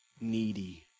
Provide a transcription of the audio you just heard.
needy